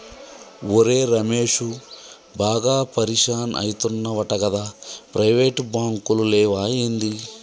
ఒరే రమేశూ, బాగా పరిషాన్ అయితున్నవటగదా, ప్రైవేటు బాంకులు లేవా ఏంది